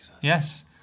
yes